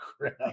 crap